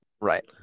Right